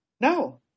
No